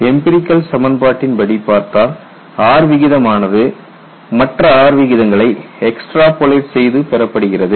empirical சமன்பாட்டின் படி பார்த்தால் R விகிதமானது மற்ற R விகிதங்களை எக்ஸ்ட்ராபோலேட் செய்து பெறப்படுகிறது